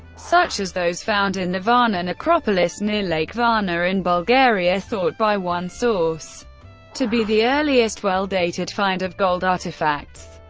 such as those found in the varna necropolis near lake varna in bulgaria, thought by one source to be the earliest well-dated find of gold artifacts.